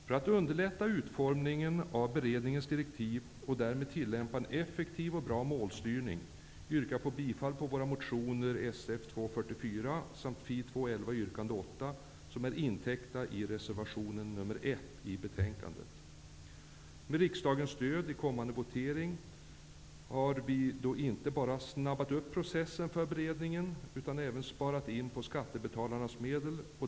För att underlätta utformningen av beredningens direktiv och därmed tillämpa en effektiv och bra målstyrning yrkar jag bifall till våra motioner Sf244 samt Fi211 yrkande 8, vilka täcks av reservation 1 i betänkandet. Med riksdagens stöd i kommande votering har vi då inte bara snabbat upp processen för beredningen utan även sparat in på skattebetalarnas medel.